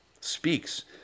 speaks